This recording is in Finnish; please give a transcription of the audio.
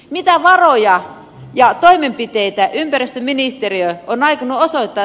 mitään vaaroja ja toimenpiteitä ei ministeriö on aikanaan soittaa